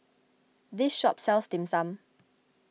this shop sells Dim Sum